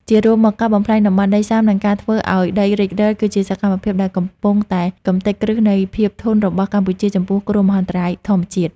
ជារួមមក ការបំផ្លាញតំបន់ដីសើម និងការធ្វើឱ្យដីរិចរឹល គឺជាសកម្មភាពដែលកំពុងតែកម្ទេចគ្រឹះនៃភាពធន់របស់កម្ពុជាចំពោះគ្រោះមហន្តរាយធម្មជាតិ។